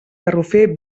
garrofer